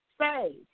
say